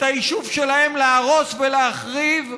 את היישוב שלהם, להרוס ולהחריב,